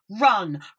run